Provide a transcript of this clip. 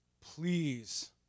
Please